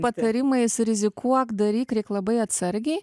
patarimai surizikuok daryk reik labai atsargiai